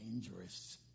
dangerous